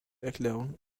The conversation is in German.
erklärung